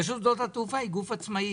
רשות שדות התעופה היא גוף עצמאי,